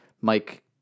Mike